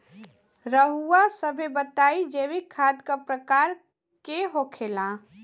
रउआ सभे बताई जैविक खाद क प्रकार के होखेला?